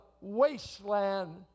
wasteland